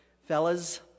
fellas